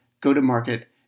go-to-market